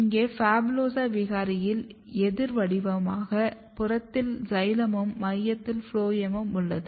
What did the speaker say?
இங்கே PHABULOSA விகாரையில் எதிர் வடிவமாக புறத்தில் சைலமும் மையத்தில் ஃபுளோயமும் உள்ளது